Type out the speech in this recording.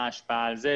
ההשפעה על זה.